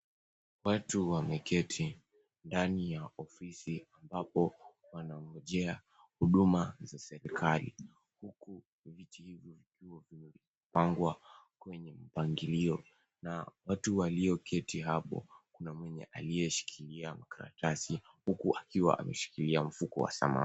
Watu wameketi ndani ya ofisi ambapo wanagojea huduma za serikali huku viti hivyo vikiwa vimepangwa kwenye mpangilio na watu walioketi hapo kuna mwenye aliyeshikilia makaratasi huku akiwa ameshikilia mfuko wa samawati.